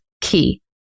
key